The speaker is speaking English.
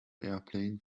airplane